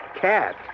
Cat